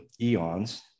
eons